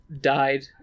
died